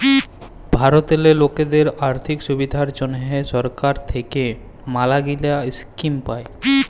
ভারতেল্লে লকদের আথ্থিক সুবিধার জ্যনহে সরকার থ্যাইকে ম্যালাগিলা ইস্কিম পায়